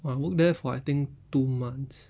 oh I work there for I think two months